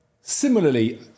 similarly